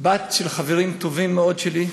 בת של חברים טובים מאוד שלי,